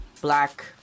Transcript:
black